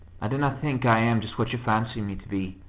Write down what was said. i don't think i am just what you fancy me to be.